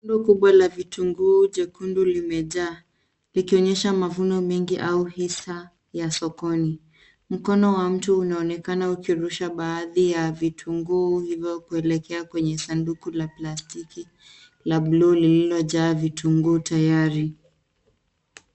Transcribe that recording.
Ndoo kubwa la vitunguu jekundu limejaa likionyesha mavuno mengi au hisa ya sokoni. Mkono wa mtu unaonekana ukirusha baadhi ya vitunguu hivyo kuelekea kwenye sanduku la plastiki la bluu lililojaa vitunguu tayari.